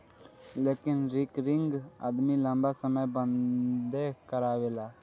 लेकिन रिकरिंग आदमी लंबा समय बदे करावेला